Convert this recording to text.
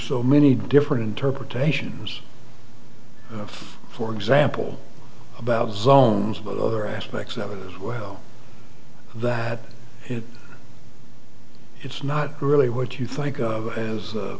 so many different interpretations for example about zones about other aspects of it well that it's not really what you think of as